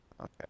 Okay